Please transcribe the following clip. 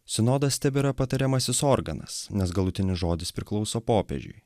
sinodas tebėra patariamasis organas nes galutinis žodis priklauso popiežiui